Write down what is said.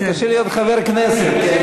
קשה להיות חבר כנסת.